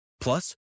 Plus